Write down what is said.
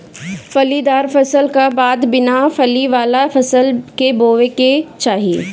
फलीदार फसल का बाद बिना फली वाला फसल के बोए के चाही